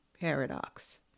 Paradox